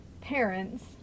parents